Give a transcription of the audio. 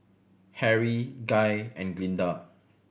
Harry Guy and Glynda